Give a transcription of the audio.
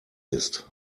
ist